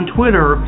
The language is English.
Twitter